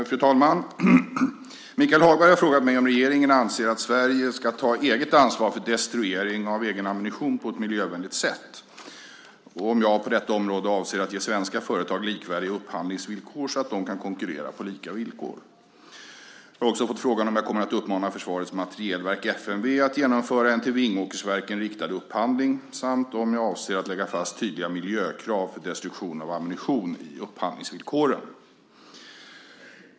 Fru talman! Michael Hagberg har frågat mig om regeringen anser att Sverige ska ta eget ansvar för destruering av egen ammunition på ett miljövänligt sätt och om jag på detta område avser att ge svenska företag likvärdiga upphandlingsvillkor så att de kan konkurrera på lika villkor. Jag har också fått frågan om jag kommer att uppmana Försvarets materielverk att genomföra en till Vingåkersverken riktad upphandling samt om jag avser att lägga fast tydliga miljökrav för destruktion av ammunition i upphandlingsvillkoren.